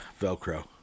Velcro